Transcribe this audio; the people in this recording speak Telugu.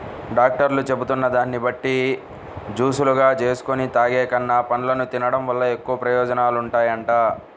డాక్టర్లు చెబుతున్న దాన్ని బట్టి జూసులుగా జేసుకొని తాగేకన్నా, పండ్లను తిన్డం వల్ల ఎక్కువ ప్రయోజనాలుంటాయంట